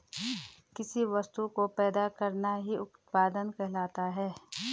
किसी वस्तु को पैदा करना ही उत्पादन कहलाता है